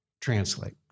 translate